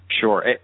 Sure